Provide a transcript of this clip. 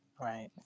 Right